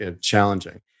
challenging